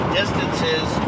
distances